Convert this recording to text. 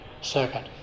circuit